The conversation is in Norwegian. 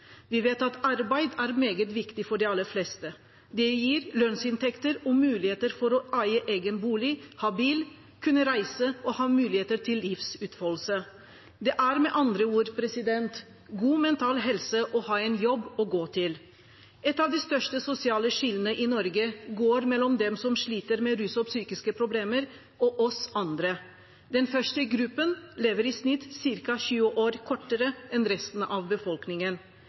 Vi vet at arbeid er meget viktig for de aller fleste. Det gir lønnsinntekter og muligheter for å eie egen bolig, ha bil, kunne reise og ha muligheter til livsutfoldelse. Det er med andre ord god mental helse å ha en jobb å gå til. Et av de største sosiale skillene i Norge går mellom dem som sliter med rus og psykiske problemer – og oss andre. Den første gruppen lever i snitt ca. 20 år kortere enn resten av befolkningen.